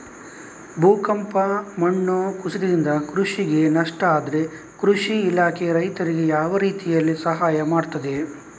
ಭೂಕಂಪ, ಮಣ್ಣು ಕುಸಿತದಿಂದ ಕೃಷಿಗೆ ನಷ್ಟ ಆದ್ರೆ ಕೃಷಿ ಇಲಾಖೆ ರೈತರಿಗೆ ಯಾವ ರೀತಿಯಲ್ಲಿ ಸಹಾಯ ಮಾಡ್ತದೆ?